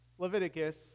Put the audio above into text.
Leviticus